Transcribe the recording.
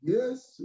Yes